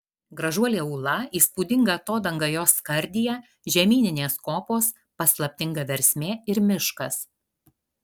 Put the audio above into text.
gražuolė ūla įspūdinga atodanga jos skardyje žemyninės kopos paslaptinga versmė ir miškas